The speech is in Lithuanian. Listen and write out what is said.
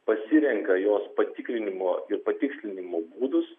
pasirenka jos patikrinimo ir patikslinimų būdus